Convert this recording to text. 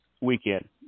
weekend